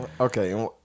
Okay